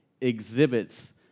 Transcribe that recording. exhibits